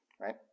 Right